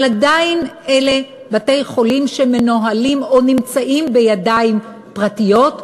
אבל עדיין אלה בתי-חולים שמנוהלים או נמצאים בידיים פרטיות,